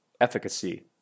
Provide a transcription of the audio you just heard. efficacy